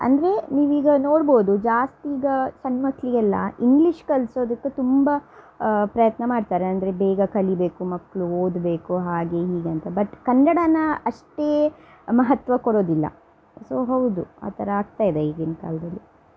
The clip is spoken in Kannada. ಅಂದರೆ ನೀವೀಗ ನೋಡ್ಬೋದು ಜಾಸ್ತಿ ಈಗ ಸಣ್ಣ ಮಕ್ಕಳಿಗೆಲ್ಲ ಇಂಗ್ಲೀಷ್ ಕಲಿಸೋದಕ್ಕೆ ತುಂಬ ಪ್ರಯತ್ನ ಮಾಡ್ತಾರೆ ಅಂದರೆ ಬೇಗ ಕಲಿಬೇಕು ಮಕ್ಕಳು ಓದಬೇಕು ಹಾಗೆ ಹೀಗೆ ಅಂತ ಬಟ್ ಕನ್ನಡಾನ ಅಷ್ಟೇ ಮಹತ್ವ ಕೊಡೋದಿಲ್ಲ ಸೊ ಹೌದು ಆ ಥರ ಆಗ್ತಾ ಇದೆ ಈಗಿನ ಕಾಲದಲ್ಲಿ